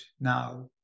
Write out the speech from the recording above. now